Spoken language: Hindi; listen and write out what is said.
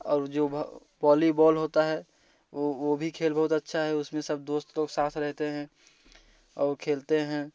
और जो वॉलीबॉल होता है वो वो भी खेल बहुत अच्छा है उसमें सब दोस्त लोग के साथ रहते हैं और खेलते हैं